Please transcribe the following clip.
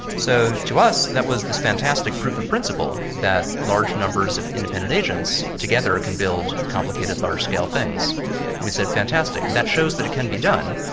so to us that was this fantastic proof of principle that large numbers of independent agents together can build complicated large-scale things. and we said, fantastic, that shows that it can be done.